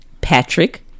Patrick